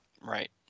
right